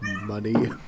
money